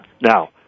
Now